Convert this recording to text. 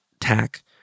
Tack